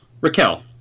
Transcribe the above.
Raquel